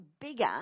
bigger